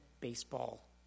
baseball